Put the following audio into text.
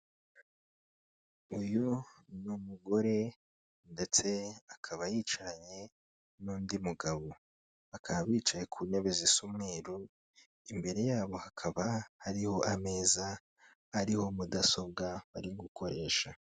Uyu n'umugore ndetse akaba yicaranye n'undi mugabo, bakaba bicaye ku ntebe zisa umweru, imbere yabo hakaba hariho ameza ariho mudasobwa bari gukoresha.